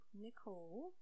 nicole